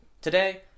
Today